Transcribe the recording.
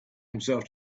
himself